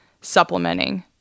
supplementing